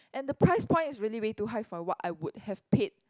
and the price point is really way too high for what I would have paid